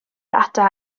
ata